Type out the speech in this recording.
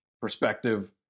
perspective